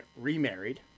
remarried